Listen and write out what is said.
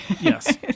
yes